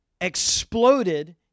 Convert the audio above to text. exploded